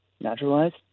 naturalized